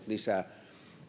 lisää